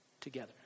together